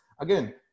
again